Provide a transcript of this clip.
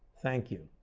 thank you.